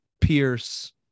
Pierce